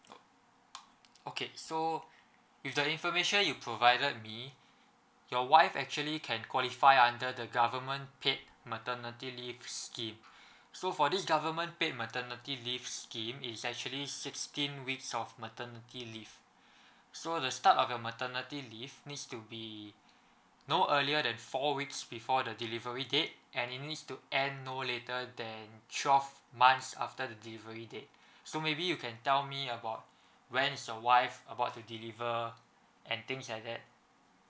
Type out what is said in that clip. okay so with the information you provided me your wife actually can qualify under the government paid maternity leave scheme so for this government paid maternity leave scheme is actually sixteen weeks of maternity leave so the start of the maternity leave needs to be no earlier than four weeks before the delivery date and she need to end no later than twelve months after delivery day so maybe you can tell me about when's your wife about to deliver and things like that